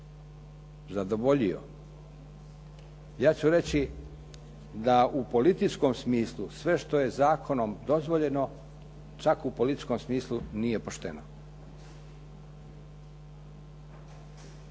zadovoljio, ja ću reći da u političkom smislu sve što je zakonom dozvoljeno čak u političkom smislu nije pošteno.